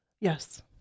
yes